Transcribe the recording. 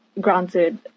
granted